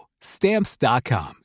Stamps.com